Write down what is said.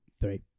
Three